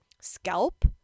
scalp